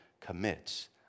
commits